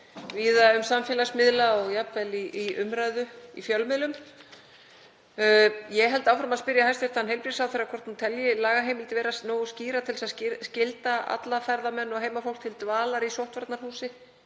víða á samfélagsmiðlum og jafnvel í umræðu í fjölmiðlum. Ég held áfram að spyrja hæstv. heilbrigðisráðherra hvort hún telji lagaheimildir vera nógu skýrar til þess að skylda alla ferðamenn og heimafólk til dvalar í sóttvarnahúsi